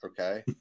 okay